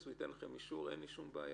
והוא ייתן לכם אישור אין לי שום בעיה.